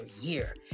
year